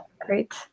Great